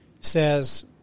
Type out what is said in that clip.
says